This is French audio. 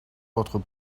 votre